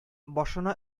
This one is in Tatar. башына